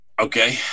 okay